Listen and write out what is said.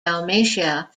dalmatia